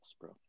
bro